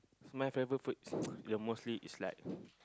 my favourite food is the mostly is like